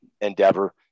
endeavor